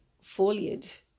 foliage